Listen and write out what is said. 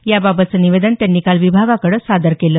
याबाबतचं निवेदन त्यांनी काल विभागाकडे सादर केलं